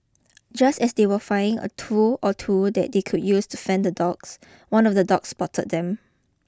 just as they were a tool or two that they could use to fend the dogs one of the dog spotted them